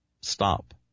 Stop